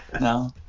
no